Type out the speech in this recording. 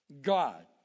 God